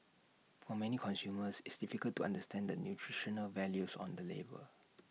for many consumers it's difficult to understand the nutritional values on the label